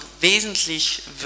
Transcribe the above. wesentlich